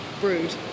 brood